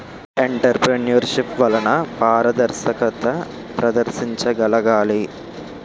entrepreneurship వలన పారదర్శకత ప్రదర్శించగలగాలి